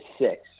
six